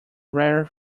rare